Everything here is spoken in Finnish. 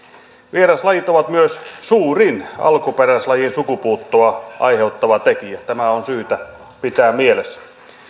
vieraslajit ovat myös suurin alkuperäislajien sukupuuttoa aiheuttava tekijä tämä on syytä pitää mielessä